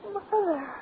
Mother